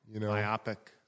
Myopic